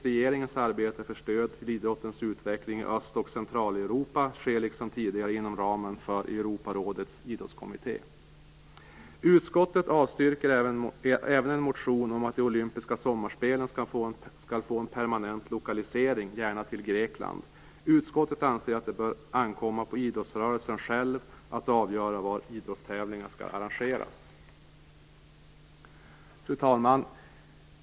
Regeringens arbete för stöd till idrottens utveckling i Öst och Centraleuropa sker liksom tidigare inom ramen för Europarådets idrottskommitté. Utskottet avstyrker även en motion om att de olympiska sommarspelen skall få en permanent lokalisering, gärna till Grekland. Utskottet anser att det bör ankomma på idrottsrörelsen själv att avgöra var idrottstävlingar skall arrangeras. Fru talman!